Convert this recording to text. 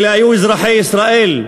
אלה היו אזרחי ישראל,